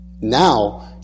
Now